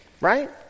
right